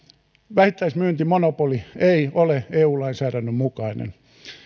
vähittäismyyntimonopoli ei ole eu lainsäädännön mukainen